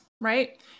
right